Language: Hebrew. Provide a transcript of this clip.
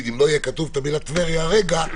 שאם לא תהיה כתובה המילה טבריה הרגע,